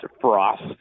frost